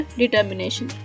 determination